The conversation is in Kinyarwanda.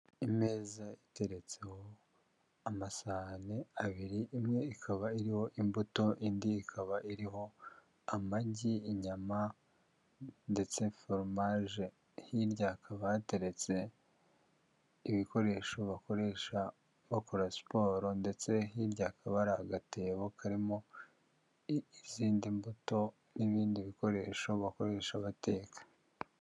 Imeza iteretseho amasahani abiri, imwe ikaba iriho imbuto indi ikaba iriho amagi inyama ndetse foromaje, hirya hakaba hateretse ibikoresho bakoresha bakora siporo ndetse hirya haakaba hari agatebo karimo izindi mbuto n'ibindi bikoresho bakoresha bateka.